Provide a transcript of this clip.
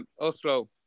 Oslo